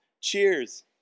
cheers